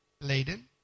laden